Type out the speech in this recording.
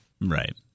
Right